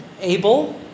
Abel